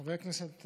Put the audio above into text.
שחבר הכנסת